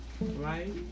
right